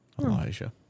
Elijah